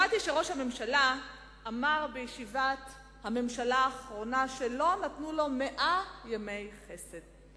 שמעתי שראש הממשלה אמר בישיבת הממשלה האחרונה שלא נתנו לו מאה ימי חסד.